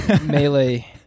melee